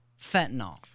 Fentanyl